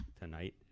tonight